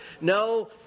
No